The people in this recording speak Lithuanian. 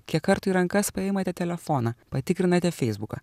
kiek kartų į rankas paimate telefoną patikrinate feisbuką